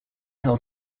hill